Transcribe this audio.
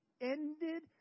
ended